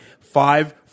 Five